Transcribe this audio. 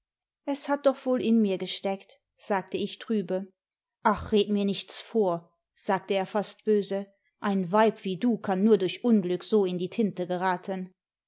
es hat doch wohl in mir gesteckt sagte ich trübe ach red mir nichts vor sagte er fast böse ein weib wie du kann nur durch unglück so in die tinte geraten